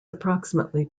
approximately